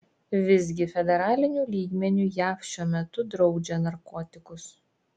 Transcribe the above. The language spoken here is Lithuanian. visgi federaliniu lygmeniu jav šiuo metu draudžia narkotikus